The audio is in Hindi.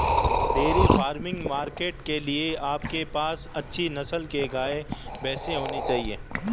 डेयरी फार्मिंग मार्केट के लिए आपके पास अच्छी नस्ल के गाय, भैंस होने चाहिए